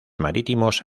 marítimos